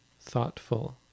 thoughtful